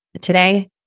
Today